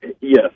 Yes